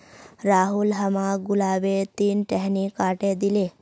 राहुल हमाक गुलाबेर तीन टहनी काटे दिले